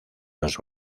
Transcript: los